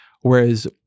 whereas